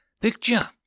Picture